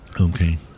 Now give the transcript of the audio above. okay